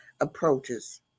approaches